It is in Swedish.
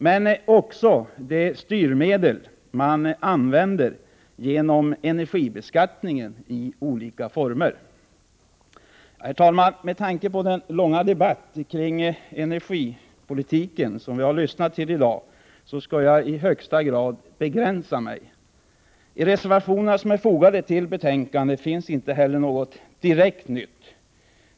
Men också de styrmedel som man använder genom energibeskattningen i olika former har haft stor betydelse. Herr talman! Med tanke på den långa debatt kring energipolitiken som vi har lyssnat till i dag, skall jag i högsta grad begränsa mig. I reservationerna som är fogade till betänkandet finns inte heller någonting direkt nytt.